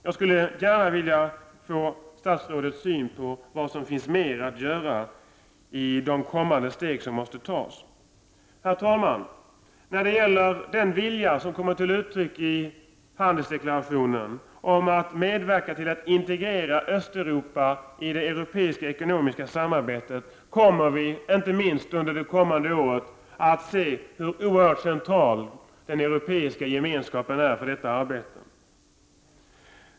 Jag skulle vilja höra vad statsrådet har för syn på vad som finns att göra i de kommande steg som måste tas. Herr talman! När det gäller den vilja som kommer till uttryck i handelsdeklarationen om att medverka till att integrera Östeuropa i det europeiska ekonomiska samarbetet kommer vi, inte minst under det kommande året, att se hur oerhört central den europeiska gemenskapen är för detta arbete.